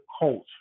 culture